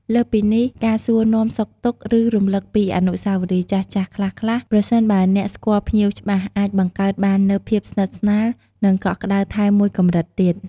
លើសពីនេះ ការសួរនាំសុខទុក្ខ ឬរំលឹកពីអនុស្សាវរីយ៍ចាស់ៗខ្លះៗ ប្រសិនបើអ្នកស្គាល់ភ្ញៀវច្បាស់ អាចបង្កើតបាននូវភាពស្និទ្ធស្នាល និងកក់ក្តៅថែមមួយកម្រិតទៀត។